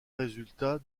résultat